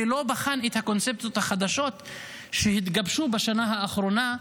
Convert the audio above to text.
ולא בחן את הקונספציות החדשות שהתגבשו בשנה האחרונה.